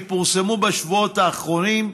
שפורסמו בשבועות האחרונים,